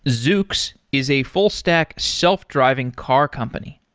zoox is a full stack self-driving car company.